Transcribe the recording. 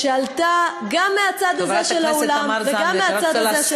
שעלתה גם מהצד הזה של האולם וגם מהצד הזה של האולם,